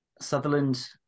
Sutherland